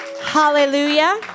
Hallelujah